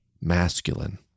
masculine